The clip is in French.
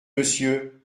monsieur